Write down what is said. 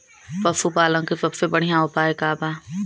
पशु पालन के सबसे बढ़ियां उपाय का बा?